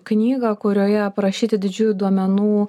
knygą kurioje aprašyti didžiųjų duomenų